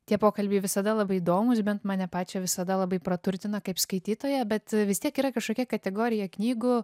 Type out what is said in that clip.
tie pokalbiai visada labai įdomūs bent mane pačią visada labai praturtina kaip skaitytoją bet vis tiek yra kašokia kategorija knygų